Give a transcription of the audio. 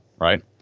right